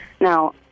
Now